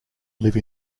live